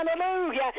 Hallelujah